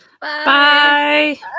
bye